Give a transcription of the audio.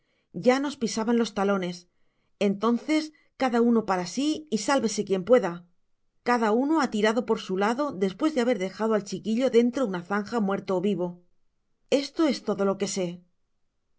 ya nos pisaban los talones entonces cada uno para si y sálvese quien pueda cada uno ha tirado por su lado despues de haber dejado al chiquillo dentro una zanja muerto ó vivo esto es todo lo que sé